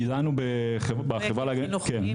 פרויקטים חינוכיים?